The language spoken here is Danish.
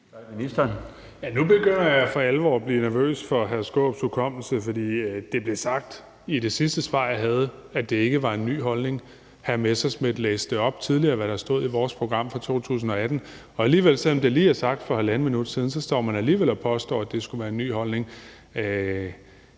Nu begynder jeg for alvor at blive nervøs for hr. Peter Skaarups hukommelse, for det blev sagt i det sidste svar, jeg gav, at det ikke var en ny holdning. Hr. Morten Messerschmidt læste op tidligere, hvad der stod i vores program for 2018, og selv om det lige blev sagt for 1½ minut siden, står man alligevel og påstår, at det skulle være en ny holdning.